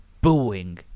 booing